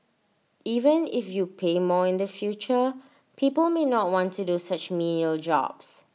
even if you pay more in the future people may not want to do such menial jobs